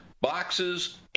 boxes